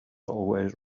always